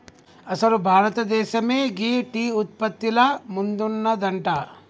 అసలు భారతదేసమే గీ టీ ఉత్పత్తిల ముందున్నదంట